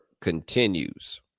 continues